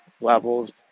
levels